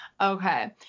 Okay